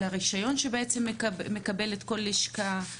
על הרישיון שמקבלת כל לשכה,